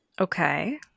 Okay